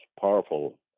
powerful